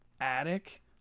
attic